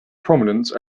prominence